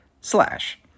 slash